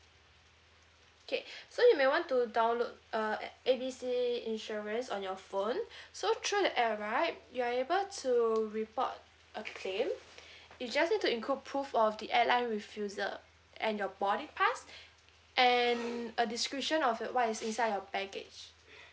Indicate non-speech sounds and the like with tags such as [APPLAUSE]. K [BREATH] so you may want to download uh a~ A B C insurance on your phone [BREATH] so through the app right you are able to report a claim [BREATH] you just need to include proof of the airline refusal and your boarding pass [BREATH] and a description of your what is inside your baggage